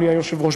אדוני היושב-ראש,